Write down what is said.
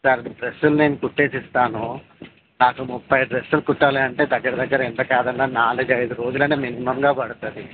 sir డ్రస్సులు నేను కుట్టేసి ఇస్తాను నాకు ముప్పై డ్రస్సులు కుట్టాలి అంటే దగ్గర దగ్గర ఎంత కాదన్నా నాలుగు ఐదు రోజులు అయినా మినిమంగా పడుతుంది